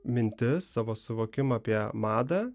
mintis savo suvokimą apie madą